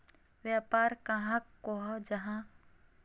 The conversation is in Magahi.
व्यापार कहाक को जाहा?